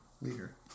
leader